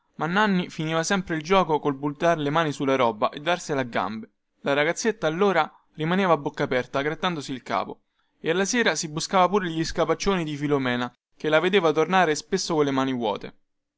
ma nanni finiva sempre il giuoco col buttar le mani sulla roba e darsela a gambe la ragazzetta allora rimaneva a bocca aperta grattandosi il capo e alla sera si buscava pure gli scapaccioni di filomena che la vedeva tornare spesso colle mani vuote